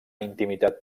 intimitat